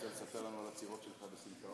אתה רוצה לספר לנו על העצירות שלך בסמטאות?